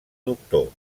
doctor